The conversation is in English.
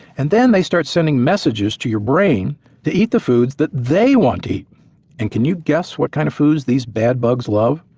and then they start sending messages to your brain to eat the foods that they want to eat. and can you guess what kind of foods these bad bugs love?